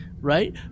Right